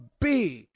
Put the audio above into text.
big